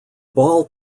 ball